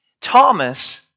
Thomas